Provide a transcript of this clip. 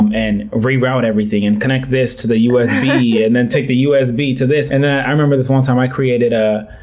and reroute everything, and connect this to the usb, and then take the usb to this, then and i remember this one time i created a,